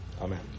Amen